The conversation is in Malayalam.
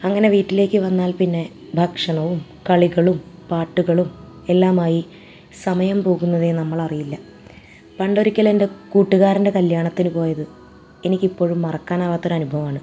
അങ്ങനെ വീട്ടിലേക്ക് വന്നാൽ പിന്നെ ഭക്ഷണവും കളികളും പാട്ടുകളും എല്ലാമായി സമയം പോകുന്നതേ നമ്മളറിയില്ല പണ്ടൊരിക്കൽ എൻ്റെ കൂട്ടുകാരൻ്റെ കല്യാണത്തിന് പോയത് എനിക്കിപ്പോഴും മറക്കാനാവാത്തൊരു അനുഭവമാണ്